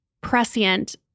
prescient